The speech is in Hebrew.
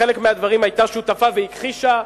לחלק מהדברים היתה שותפה והכחישה,